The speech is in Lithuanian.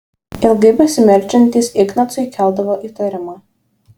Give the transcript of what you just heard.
ilgai besimeldžiantys ignacui keldavo įtarimą